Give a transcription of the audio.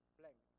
blank